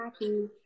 happy